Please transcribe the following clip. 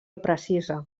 precisa